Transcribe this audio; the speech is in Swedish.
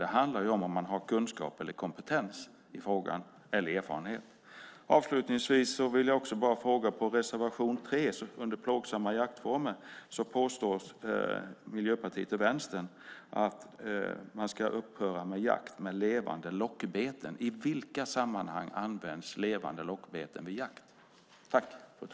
Det handlar om huruvida man har kunskap eller kompetens i frågan eller erfarenhet. Avslutningsvis vill jag fråga angående reservation 3 om plågsamma jaktformer. Miljöpartiet och Vänstern påstår att man ska upphöra med jakt med levande lockbeten. I vilka sammanhang används levande lockbeten vid jakt?